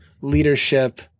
leadership